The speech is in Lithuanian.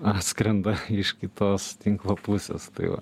atskrenda iš kitos tinklo pusės tai va